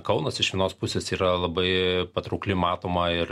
kaunas iš vienos pusės yra labai patraukli matoma ir